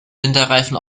winterreifen